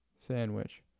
sandwich